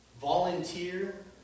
volunteer